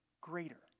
greater